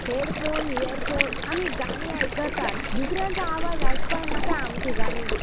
headphone earphone आमी गाणी आयकतात दुसऱ्यांचो आवाज आयकपाक नाका आमची गाणी